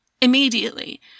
Immediately